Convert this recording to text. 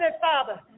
Father